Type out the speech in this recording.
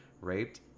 raped